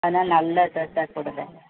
அதனால் நல்ல ட்ரெஸ்ஸாக கொடுங்க